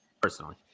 personally